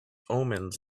omens